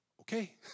okay